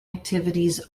activities